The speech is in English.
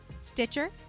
Stitcher